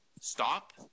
stop